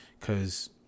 Cause